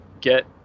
get